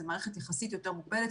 זו מערכת יחסית יותר מוגבלת.